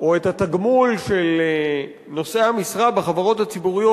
או את התגמול של נושא המשרה בחברות הציבוריות